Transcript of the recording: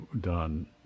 done